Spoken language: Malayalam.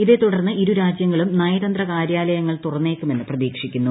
ഇതേ തുടർന്ന് ഇരുരാജ്യങ്ങളും നയതന്ത്ര കാര്യാലയങ്ങൾ തുറന്നേക്കുമെന്ന് പ്രതീക്ഷിക്കുന്നു